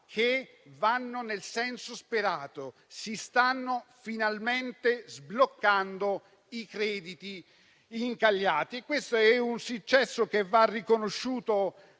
che vanno nel senso sperato: si stanno finalmente sbloccando i crediti incagliati. È un successo che va riconosciuto